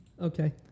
Okay